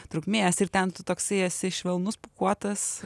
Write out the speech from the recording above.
trukmės ir ten tu toksai esi švelnus pūkuotas